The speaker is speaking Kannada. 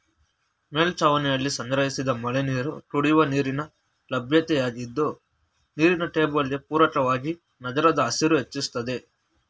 ಮೇಲ್ಛಾವಣಿಲಿ ಸಂಗ್ರಹಿಸಿದ ಮಳೆನೀರು ಕುಡಿಯುವ ನೀರಿನ ಲಭ್ಯತೆಯಾಗಿದ್ದು ನೀರಿನ ಟೇಬಲ್ಗೆ ಪೂರಕವಾಗಿ ನಗರದ ಹಸಿರು ಹೆಚ್ಚಿಸ್ತದೆ